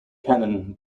canon